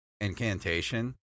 incantation